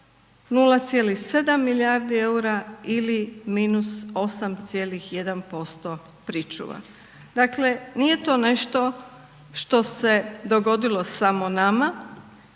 0,7 milijardi eura ili minus 8,1% pričuva. Dakle nije to nešto što se dogodilo samo nama